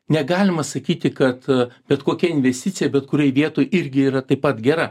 negalima sakyti kad a bet kokia investicija bet kurioj vietoj irgi yra taip pat gera